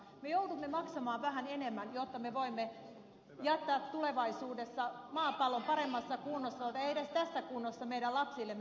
me joudumme maksamaan vähän enemmän jotta me voimme jättää tulevaisuudessa maapallon paremmassa kunnossa tai edes tässä kunnossa meidän lapsillemme